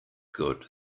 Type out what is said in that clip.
good